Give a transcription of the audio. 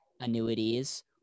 annuities